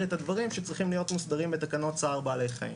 את הדברים שצריכים להיות מוסדרים בתקנות צער בעלי חיים.